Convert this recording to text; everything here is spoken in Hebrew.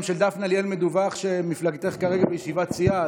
של דפנה ליאל מדווח שמפלגתך כרגע בישיבת סיעה,